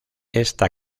esta